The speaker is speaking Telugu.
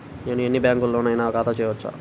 నేను ఎన్ని బ్యాంకులలోనైనా ఖాతా చేయవచ్చా?